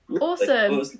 Awesome